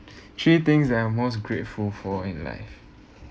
three things that I'm most grateful for in life